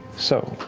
so,